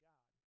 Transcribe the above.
God